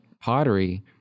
pottery